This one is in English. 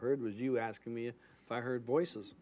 heard was you asking me if i heard voices